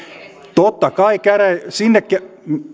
totta kai sinnekin